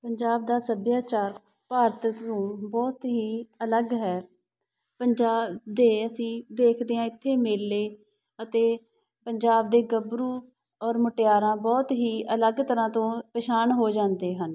ਪੰਜਾਬ ਦਾ ਸੱਭਿਆਚਾਰ ਭਾਰਤ ਤੋਂ ਬਹੁਤ ਹੀ ਅਲੱਗ ਹੈ ਪੰਜਾਬ ਦੇ ਅਸੀਂ ਦੇਖਦੇ ਹਾਂ ਇੱਥੇ ਮੇਲੇ ਅਤੇ ਪੰਜਾਬ ਦੇ ਗੱਭਰੂ ਔਰ ਮੁਟਿਆਰਾਂ ਬਹੁਤ ਹੀ ਅਲੱਗ ਤਰ੍ਹਾਂ ਤੋਂ ਪਛਾਣ ਹੋ ਜਾਂਦੇ ਹਨ